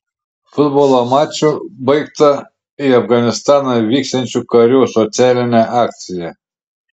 futbolo maču baigta į afganistaną vyksiančių karių socialinė akcija